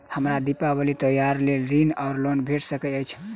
हमरा दिपावली त्योहारक लेल ऋण वा लोन भेट सकैत अछि?